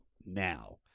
Now